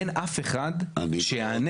אין אף אחד שיענה.